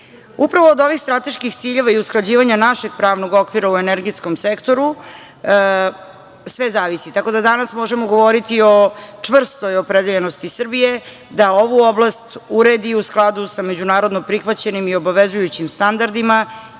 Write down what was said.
od ovih strateških ciljeva i usklađivanja našeg pravnog okvira u energetskom sektoru sve zavisi, tako da danas možemo govoriti i o čvrstoj opredeljenosti Srbije da ovu oblast uredi u skladu sa međunarodno prihvaćenim i obavezujućim standardima